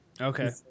Okay